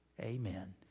amen